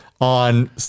on